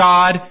God